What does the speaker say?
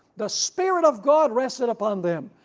the spirit of god rested upon them,